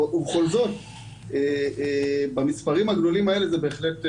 ובכל זאת במספרים הגדולים האלה זה בהחלט מסייע.